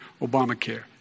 Obamacare